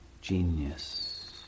genius